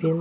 pin